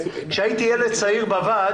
כשהייתי ילד צעיר בוועד